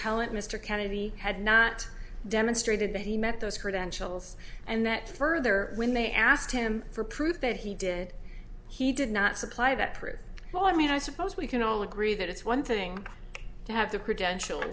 appellant mr kennedy had not demonstrated that he met those credentials and that further when they asked him for proof that he did he did not supply that pretty well i mean i suppose we can all agree that it's one thing to have the credentials